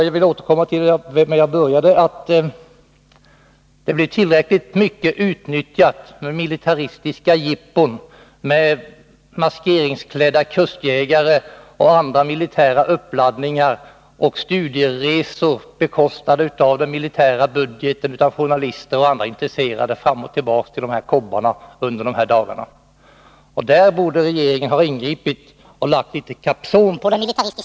Jag vill återkomma till vad jag började med, nämligen att det blev tillräckligt mycket av utnyttjande av tilldragelsen, genom militäristiska jippon med maskeringsklädda kustjägare och andra militära uppladdningar samt studieresor bekostade av den militära budgeten för journalister och andra intresserade fram och tillbaka till de här kobbarna under dessa dagar. Där borde regeringen ha ingripit och lagt litet kapson på de militaristiska ivrarna.